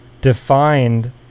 defined